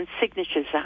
signatures